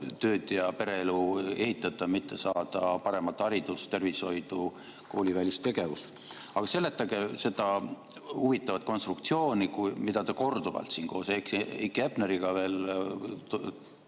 tööd ja pereelu ühitada, saada paremat haridust, tervishoidu, koolivälist tegevust. Aga seletage seda huvitavat konstruktsiooni, mida te korduvalt siin koos Heiki Hepneriga veel